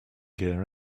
gear